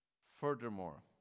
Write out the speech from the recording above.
Furthermore